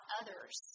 others